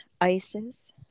Isis